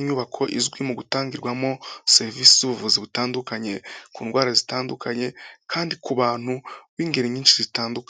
inyubako izwi mu gutangirwamo serivisi z'ubuvuzi butandukanye ku ndwara zitandukanye kandi ku bantu b'ingeri nyinshi zitandukanye.